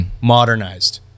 modernized